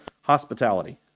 hospitality